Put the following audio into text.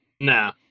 Nah